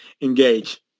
engage